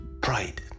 pride